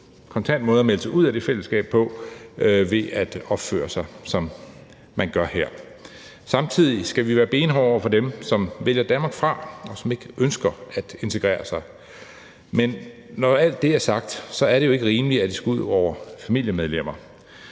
kontant måde at melde sig ud af det fællesskab på end ved at opføre sig, som man gør her. Samtidig skal vi være benhårde over for dem, som vælger Danmark fra, og som ikke ønsker at integrere sig. Men når alt det er sagt, er det jo ikke rimeligt, at det skal gå ud over familiemedlemmer.